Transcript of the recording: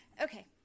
Okay